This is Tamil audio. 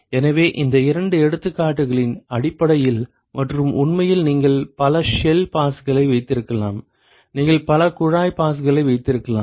எனவே இந்த இரண்டு எடுத்துக்காட்டுகளின் அடிப்படையில் மற்றும் உண்மையில் நீங்கள் பல ஷெல் பாஸ்களை வைத்திருக்கலாம் நீங்கள் பல குழாய் பாஸ்களை வைத்திருக்கலாம்